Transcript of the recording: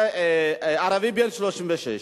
ערבי בן 36,